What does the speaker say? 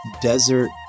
desert